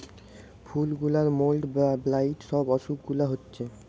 ফুল গুলার mould, blight সব অসুখ গুলা হচ্ছে